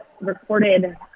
recorded